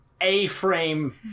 A-frame